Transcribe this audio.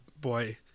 boy